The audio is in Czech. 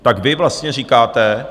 Tak vy vlastně říkáte...